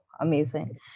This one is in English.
Amazing